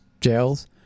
jails